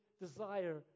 desire